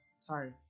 sorry